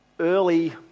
Early